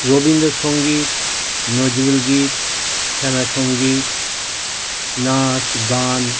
রবীন্দ্রসঙ্গীত নজরুল গীত শ্যামা সঙ্গীত নাচ গান